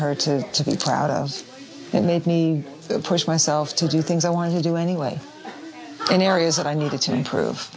her to be proud of it made me push myself to do things i wanted to do anyway in areas that i needed to improve